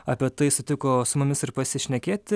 apie tai sutiko su mumis ir pasišnekėti